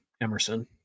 Emerson